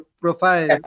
profile